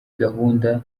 gahunda